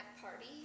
party